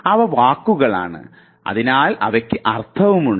അവ വാക്കുകളാണ് ആയതിനാൽ അവയ്ക്ക് അർത്ഥവുമുണ്ട്